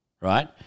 right